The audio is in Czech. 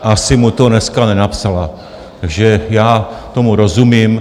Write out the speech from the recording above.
Asi mu to dneska nenapsala, takže já tomu rozumím.